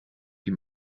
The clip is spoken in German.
die